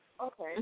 Okay